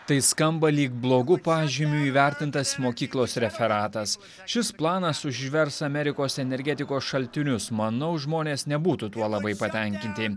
tai skamba lyg blogu pažymiu įvertintas mokyklos referatas šis planas užvers amerikos energetikos šaltinius manau žmonės nebūtų tuo labai patenkinti